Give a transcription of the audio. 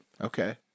Okay